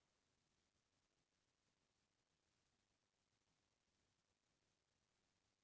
Online KYC upload करे के विधि ला बतावव?